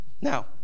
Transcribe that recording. Now